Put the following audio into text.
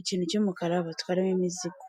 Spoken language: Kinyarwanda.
ikintu cy'umukara batwaramo imizigo .